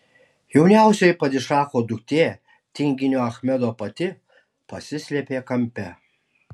jauniausioji padišacho duktė tinginio achmedo pati pasislėpė kampe